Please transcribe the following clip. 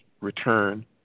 return